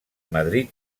madrid